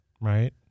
right